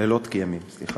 לילות כימים, סליחה.